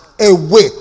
away